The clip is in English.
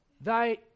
Thy